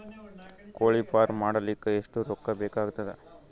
ಕೋಳಿ ಫಾರ್ಮ್ ಮಾಡಲಿಕ್ಕ ಎಷ್ಟು ರೊಕ್ಕಾ ಬೇಕಾಗತದ?